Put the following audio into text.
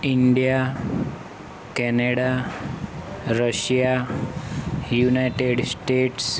India Canada Russia United States